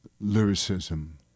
lyricism